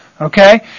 Okay